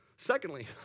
Secondly